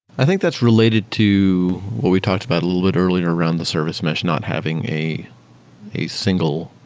i think that's related to what we talked about a little bit earlier around the service mesh not having a a single,